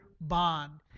bond